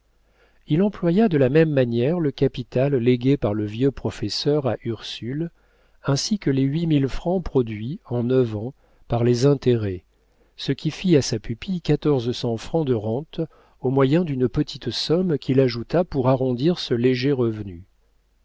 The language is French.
il employa de la même manière le capital légué par le vieux professeur à ursule ainsi que les huit mille francs produits en neuf ans par les intérêts ce qui fit à sa pupille quatorze cents francs de rente au moyen d'une petite somme qu'il ajouta pour arrondir ce léger revenu